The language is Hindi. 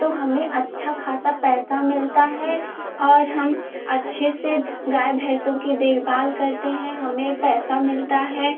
तो हमें अच्छा ख़ासा पैसा मिलता है और हम अच्छे से गाय भैसों की देखभाल करते हैं हमें पैसा मिलता है